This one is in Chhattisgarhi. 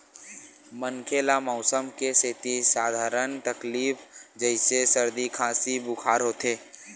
मनखे ल मउसम के सेती सधारन तकलीफ जइसे सरदी, खांसी, बुखार होथे